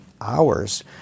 hours